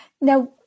Now